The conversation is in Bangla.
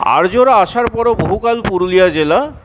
আর্যরা আসার পরও বহুকাল পুরুলিয়া জেলা